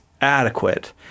adequate